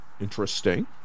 Interesting